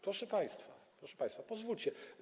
Proszę państwa, proszę państwa, pozwólcie.